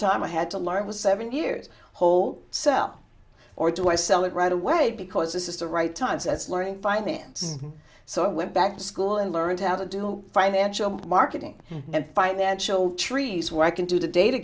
time i had to learn it was seven years whole sell or do i sell it right away because this is the right times as learning finances so i went back to school and learned how to do financial marketing and financial trees where i can do the data